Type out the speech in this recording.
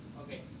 Okay